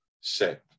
set